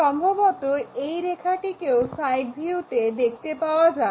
সম্ভবত এই রেখাটিকেও সাইড ভিউতে দেখতে পাওয়া যাবে